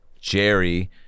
Jerry